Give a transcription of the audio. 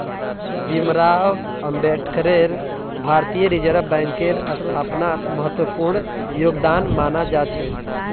भीमराव अम्बेडकरेर भारतीय रिजर्ब बैंकेर स्थापनात महत्वपूर्ण योगदान माना जा छे